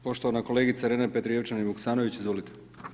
Poštovana kolegica Irena Petrijevčanin Vuksanović, izvolite.